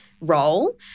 role